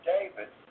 David